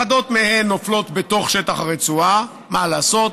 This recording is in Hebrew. אחדות מהן נופלות בתוך שטח הרצועה, מה לעשות,